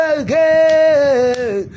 again